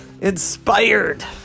inspired